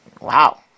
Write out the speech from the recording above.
Wow